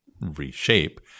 reshape